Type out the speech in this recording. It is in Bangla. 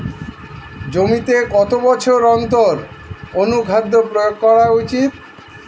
জমিতে কত বছর অন্তর অনুখাদ্য প্রয়োগ করা উচিৎ?